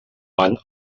van